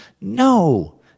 No